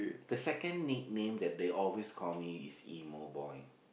the second nickname that they always call me is emo boy